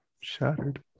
shattered